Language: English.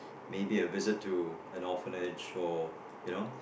maybe a visit to an orphanage or you know